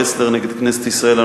רסלר נגד כנסת ישראל,